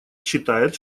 считает